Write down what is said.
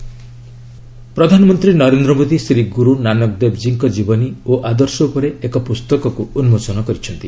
PM book release ପ୍ରଧାନମନ୍ତ୍ରୀ ନରେନ୍ଦ୍ର ମୋଦୀ ଶ୍ରୀ ଗୁରୁ ନାନକଦେବ ଜୀଙ୍କ ଜୀବନୀ ଓ ଆଦର୍ଶ ଉପରେ ଏକ ପୁସ୍ତକକୁ ଉନ୍ମୋଚନ କରିଛନ୍ତି